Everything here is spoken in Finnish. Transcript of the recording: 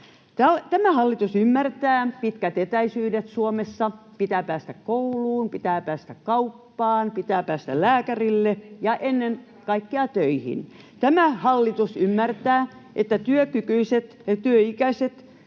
Tämä hallitus ymmärtää pitkät etäisyydet Suomessa: pitää päästä kouluun, pitää päästä kauppaan, pitää päästä lääkärille ja ennen kaikkea töihin. Tämä hallitus ymmärtää, että työkykyisten työikäisten